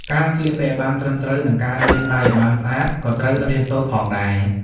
ការស្លៀកពាក់ឱ្យបានត្រឹមត្រូវ និងការលាងដៃឱ្យបានស្អាតក៏ត្រូវរៀនសូត្រផងដែរ។